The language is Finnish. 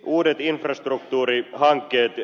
uudet infrastruktuurihankkeet